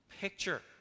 picture